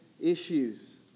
issues